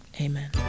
Amen